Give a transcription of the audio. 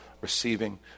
receiving